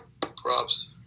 props